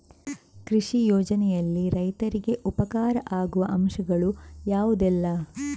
ಕೃಷಿ ಯೋಜನೆಯಲ್ಲಿ ರೈತರಿಗೆ ಉಪಕಾರ ಆಗುವ ಅಂಶಗಳು ಯಾವುದೆಲ್ಲ?